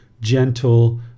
gentle